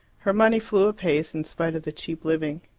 her money flew apace, in spite of the cheap living.